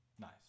Nice